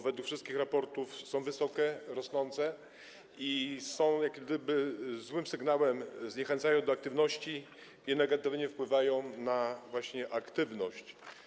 Według wszystkich raportów są one wysokie, rosnące i są jak gdyby złym sygnałem, zniechęcają do aktywności i negatywnie wpływają właśnie na aktywność.